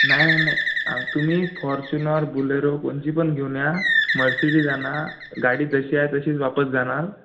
नाही नाही नाही आ तुम्ही फॉर्च्यूनर बुलेरो कोणची पण घेऊन या मर्सिडीज आणा गाडी जशी आहे तशीच वापस जाणार